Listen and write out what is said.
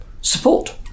support